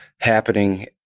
happening